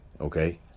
Okay